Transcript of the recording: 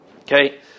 Okay